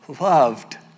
loved